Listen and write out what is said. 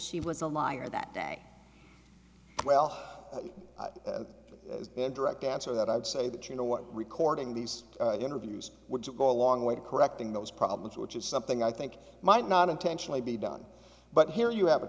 she was a liar that day well as a direct answer that i would say that you know what recording these interviews would go a long way to correcting those problems which is something i think might not intentionally be done but here you have a